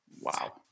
Wow